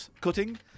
cutting